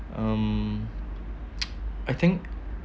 um I think